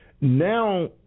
Now